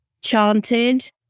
chanted